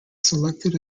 selected